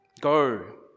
go